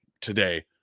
today